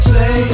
Say